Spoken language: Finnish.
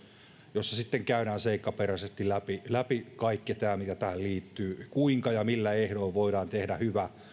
jossa sitten käydään seikkaperäisesti läpi läpi kaikki tämä mikä tähän liittyy kuinka ja millä ehdoilla voidaan tehdä hyvä